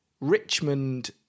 Richmond